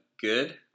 good